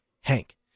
Hank